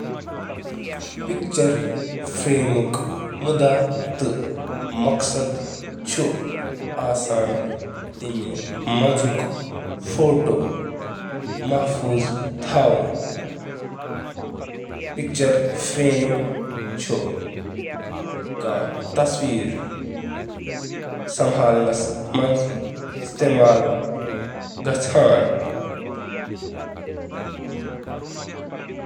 picture فریمُک مقصد چُھ اکھ امیج محفوظ کرْنئ